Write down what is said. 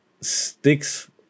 sticks